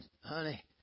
honey